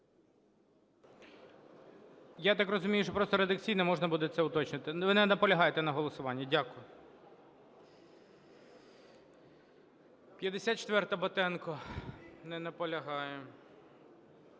Я так розумію, що просто редакційно можна буде це уточнити. Ви не наполягаєте на голосуванні? Дякую. 54-а, Батенко. Не наполягає.